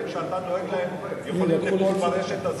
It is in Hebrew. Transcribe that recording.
שאתה דואג להם יכולים ליפול בתוך הרשת הזאת?